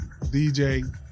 DJ